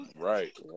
Right